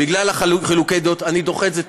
בגלל חילוקי הדעות אני דוחה את זה,